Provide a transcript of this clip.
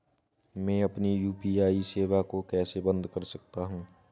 मैं अपनी यू.पी.आई सेवा को कैसे बंद कर सकता हूँ?